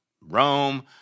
Rome